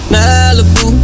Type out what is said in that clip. Malibu